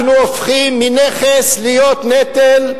אנחנו הופכים מנכס לנטל,